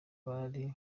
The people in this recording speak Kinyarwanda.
hari